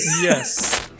Yes